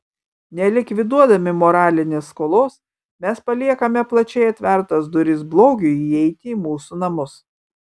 nelikviduodami moralinės skolos mes paliekame plačiai atvertas duris blogiui įeiti į mūsų namus